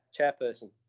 chairperson